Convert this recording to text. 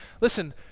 Listen